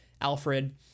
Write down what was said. Alfred